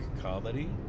comedy